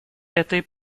этой